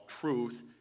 truth